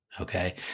Okay